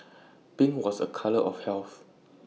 pink was A colour of health